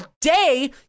day